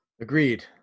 Agreed